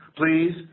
please